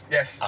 Yes